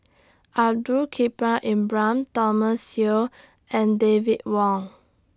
Abdul Thomas Yeo and David Wong